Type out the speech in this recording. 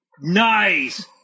Nice